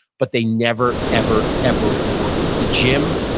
but they never, ever, ever work. the gym,